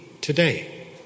today